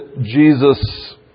Jesus